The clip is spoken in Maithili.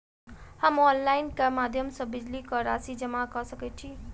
हम ऑनलाइन केँ माध्यम सँ बिजली कऽ राशि जमा कऽ सकैत छी?